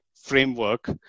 framework